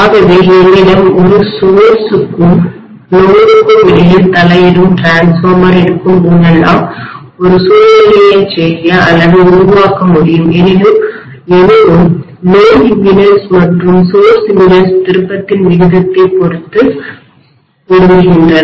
ஆகவேஎன்னிடம் ஒரு சோர்ஸ் ற்கும் சுமைக்கும் லோடுக்கும் இடையில் தலையிடும் மின்மாற்றிடிரான்ஸ்ஃபார்மர் இருக்கும்போதெல்லாம் ஒரு சூழ்நிலையை செய்ய அல்லது உருவாக்க முடியும் எனினும் சுமை மின்மறுப்புலோடு இம்பிடன்ஸ் மற்றும் மின்மறுப்புகள்சோர்ஸ் இம்பிடன்ஸ் திருப்பத்தின் விகிதத்தைப் பொறுத்து பொருந்துகின்றன